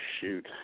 shoot